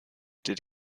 did